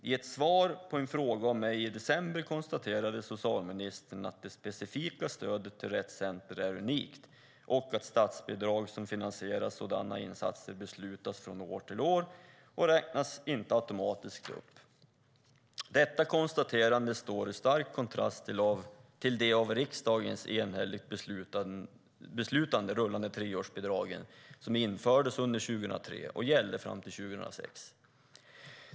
I ett svar på en fråga av mig i december konstaterade socialministern att det specifika stödet till Rett Center är unikt och att statsbidrag som finansierar sådana insatser beslutas från år till år och inte automatiskt räknas upp. Detta konstaterande står i stark kontrast till de av riksdagen enhälligt beslutade rullande treårsbidragen som infördes under 2003 och gällde fram till 2006.